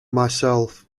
myself